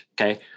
okay